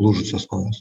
lūžusios kojos